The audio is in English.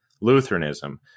Lutheranism